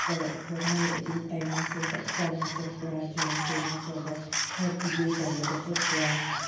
ꯀꯔꯝꯃꯥꯏꯅ ꯑꯗꯨ ꯇꯥꯏꯃꯤꯡꯁꯦ ꯆꯞ ꯆꯥꯅ ꯆꯠꯄ꯭ꯔꯥ ꯇ꯭ꯔꯦꯟꯁꯦ ꯅꯠꯇꯔꯒ ꯈꯔ ꯗꯤꯂꯦ ꯇꯧꯔꯒ ꯆꯠꯄ꯭ꯔꯥ